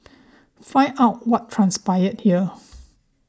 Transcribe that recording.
find out what transpired here